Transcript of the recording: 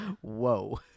Whoa